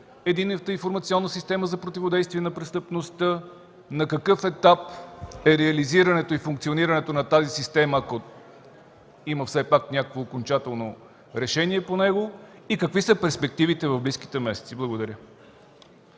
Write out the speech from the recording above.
Единната информационна система за противодействие на престъпността, на какъв етап е реализирането и функционирането на тази система, ако има все пак някакво окончателно решение по него и какви са перспективите в близките месеци? Благодаря.